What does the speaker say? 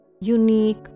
unique